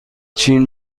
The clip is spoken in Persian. چین